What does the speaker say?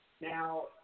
Now